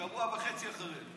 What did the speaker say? שבוע וחצי אחרי.